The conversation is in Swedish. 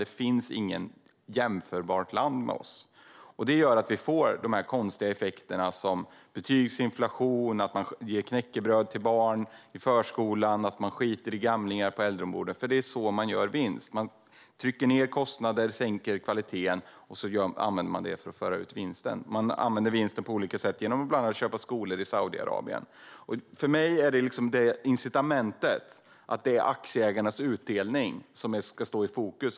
Det finns inget land som är jämförbart med Sverige. Det leder till sådana konstiga effekter som betygsinflation, som att man ger knäckebröd till barn i förskolan och som att man skiter i gamlingar på äldreboenden. Det är så man gör vinst. Man pressar ned kostnaderna och sänker kvaliteten. Sedan för man ut vinsten. Man använder vinsterna på olika sätt, bland annat genom att köpa skolor i Saudiarabien. För mig är problemet att det är aktieägarnas utdelning som är incitamentet och som ska stå i fokus.